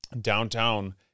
downtown